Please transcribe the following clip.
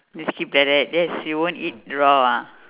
just keep like that just you won't eat raw ah